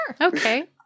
Okay